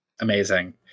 Amazing